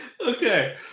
Okay